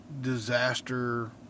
disaster